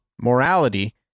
morality